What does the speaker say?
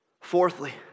Fourthly